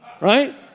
Right